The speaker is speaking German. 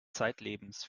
zeitlebens